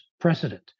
precedent